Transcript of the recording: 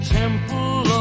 temple